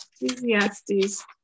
Ecclesiastes